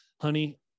honey